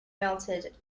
melted